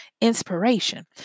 inspiration